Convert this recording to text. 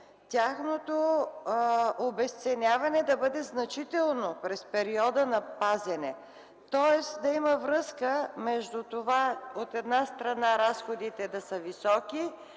тяхното обезценяване да бъде значително през периода на пазене. Тоест да има връзка между това, от една страна, разходите да са високи,